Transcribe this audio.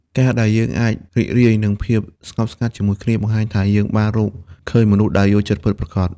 ការដែលយើងអាចរីករាយនឹងភាពស្ងប់ស្ងាត់ជាមួយគ្នា បង្ហាញថាយើងបានរកឃើញមនុស្សដែលយល់ចិត្តពិតប្រាកដ។